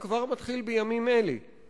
אם יש